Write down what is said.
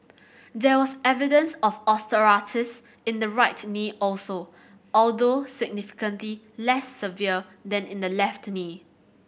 there was evidence of osteoarthritis in the right knee also although significantly less severe than in the left knee